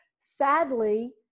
Sadly